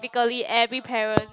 ~pically every parent